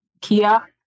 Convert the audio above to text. Kia